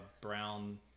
brown